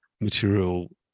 material